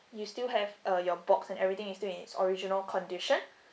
you still have uh your box and everything is still in original condition